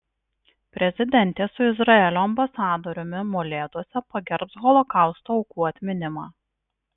prezidentė su izraelio ambasadoriumi molėtuose pagerbs holokausto aukų atminimą